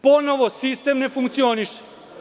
Ponovo sistem ne funkcioniše.